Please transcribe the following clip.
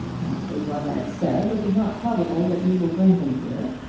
after what i have said it is not probable that you will bring him here,